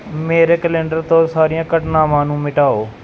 ਮੇਰੇ ਕੈਲੰਡਰ ਤੋਂ ਸਾਰੀਆਂ ਘਟਨਾਵਾਂ ਨੂੰ ਮਿਟਾਓ